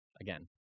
again